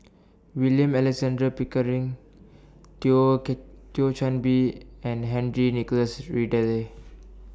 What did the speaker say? William Alexander Pickering Thio Kit Thio Chan Bee and Henry Nicholas Ridley